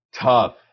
tough